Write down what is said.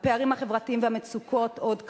הפערים החברתיים והמצוקות עוד קיימים.